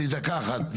דקה אחת.